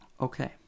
Okay